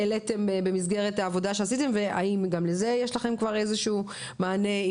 העליתם במסגרת העבודה שעשיתם והאם גם לזה יש לכם איזה שהוא מענה?